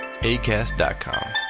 ACAST.COM